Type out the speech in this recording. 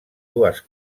dues